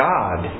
God